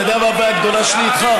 אתה יודע מה הבעיה הגדולה שלי איתך?